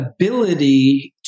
ability